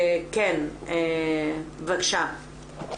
בקשה.